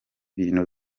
bintu